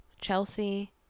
Chelsea